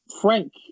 Frank